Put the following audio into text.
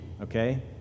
okay